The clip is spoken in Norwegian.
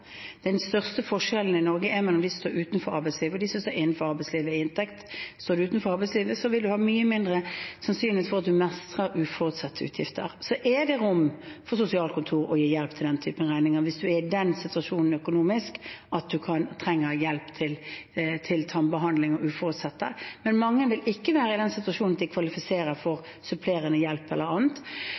Den største forskjellen i Norge i inntekt er mellom de som står utenfor arbeidslivet, og de som er innenfor arbeidslivet. Står man utenfor arbeidslivet, vil det være mye mindre sannsynlig at man mestrer uforutsette utgifter. Så er det rom for sosialkontor til å gi hjelp til den typen regninger hvis man er i en økonomisk situasjon der man trenger hjelp til tannbehandling og uforutsette utgifter, men mange vil ikke være i den situasjonen at de kvalifiserer for supplerende hjelp eller annet.